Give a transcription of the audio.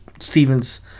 Steven's